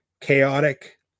chaotic